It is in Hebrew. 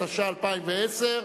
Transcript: התשע"א 2010,